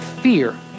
fear